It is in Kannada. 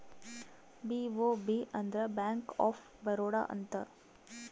ಬಿ.ಒ.ಬಿ ಅಂದ್ರ ಬ್ಯಾಂಕ್ ಆಫ್ ಬರೋಡ ಅಂತ